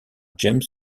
james